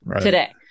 today